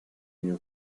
mio